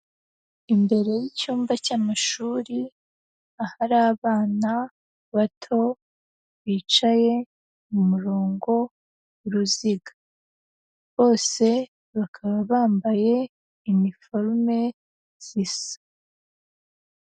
Imbere y'icyumba cy'amashuri, ahari abana bato bicaye mu murongo w'uruziga, bose bakaba bambaye iniforume zisa.